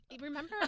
Remember